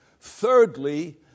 thirdly